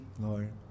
Lord